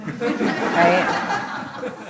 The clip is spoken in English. Right